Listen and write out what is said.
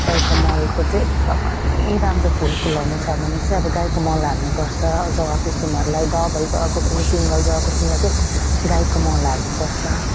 गाईको मलको चाहिँ एकदम राम्रो फुल फुलाउन सक्छ भने चाहिँ अब गाईको मल हाल्नु पर्छ जभा कुसुमहरूलाई डबल जभा कुसुम सिङ्गल जभा कुसुमलाई चाहिँ गाईको मल हाल्नु पर्छ